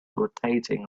rotating